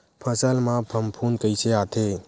फसल मा फफूंद कइसे आथे?